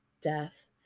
death